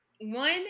one